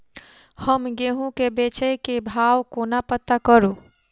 हम गेंहूँ केँ बेचै केँ भाव कोना पत्ता करू?